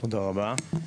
תודה רבה.